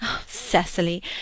Cecily